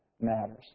matters